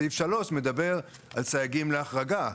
סעיף 3 מדבר על סייגים להחרגה,